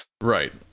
Right